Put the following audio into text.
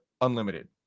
unlimited